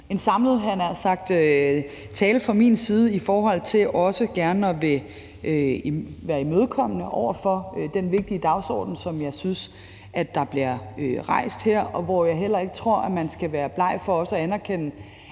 en samlet tale i forhold til også gerne at ville være imødekommende over for den vigtige dagsorden, som jeg synes bliver rejst her. Jeg tror heller ikke, at man skal være bleg for også at anerkende,